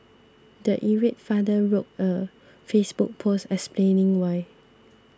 the irate father wrote a Facebook post explaining why